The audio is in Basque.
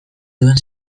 duen